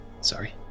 sorry